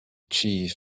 chief